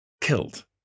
killed